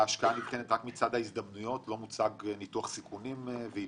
ההשקעה נבחנת רק מצד ההזדמנויות ולא מצד הסיכונים והאילוצים".